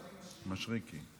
מישרקי.